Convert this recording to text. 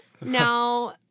Now